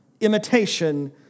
imitation